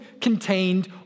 contained